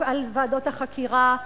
על ועדות החקירה,